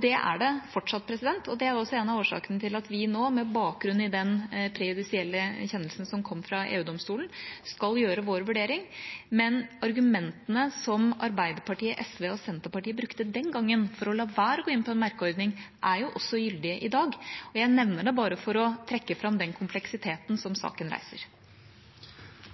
Det er det fortsatt. Det er også en av årsakene til at vi nå med bakgrunn i den prejudisielle kjennelsen som kom fra EU-domstolen, skal gjøre vår vurdering. Men argumentene som Arbeiderpartiet, SV og Senterpartiet brukte den gangen for å la være å gå inn på en merkeordning, er også gyldige i dag. Og jeg nevner det bare for å trekke fram den kompleksiteten som saken reiser.